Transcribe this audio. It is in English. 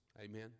amen